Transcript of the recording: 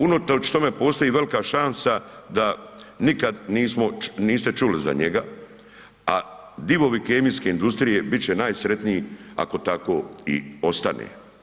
Unatoč tome postoji velika šansa da nikad nismo, niste čuli za njega, a divovi kemijske industrije bit će najsretniji ako tako i ostane.